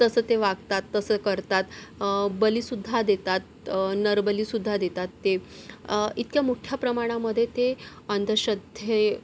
तसं ते वागतात तसं करतात बळीसुद्धा देतात नरबळीसुद्धा देतात ते इतक्या मोठ्या प्रमाणामध्ये ते अंधश्रद्धे